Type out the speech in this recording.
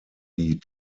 die